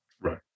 Right